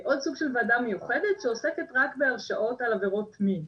עוד סוג של ועדה מיוחדת שעוסקת רק בהרשעות על עבירות מין.